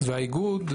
והאיגוד,